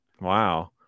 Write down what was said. Wow